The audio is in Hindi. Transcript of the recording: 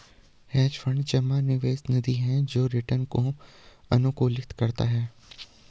हेज फंड जमा निवेश निधि है जो रिटर्न को अनुकूलित करता है